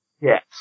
Yes